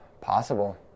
Possible